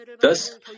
thus